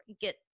get